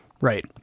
Right